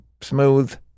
smooth